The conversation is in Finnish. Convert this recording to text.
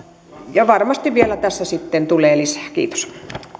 varmasti vielä tässä sitten tulee lisää kiitos